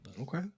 Okay